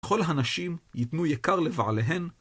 כל הנשים ייתנו יקר לבעליהן.